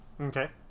okay